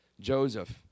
Joseph